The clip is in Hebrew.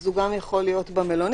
הוא גם יכול להיות במלונית.